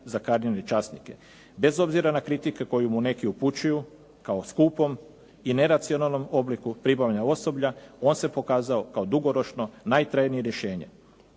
ne razumije./ ... bez obzira na kritike koji mu neki upućuju kao skupom i neracionalnom obliku pribavljanja osoblja, on se pokazao kao dugoročno najtrajnije rješenje.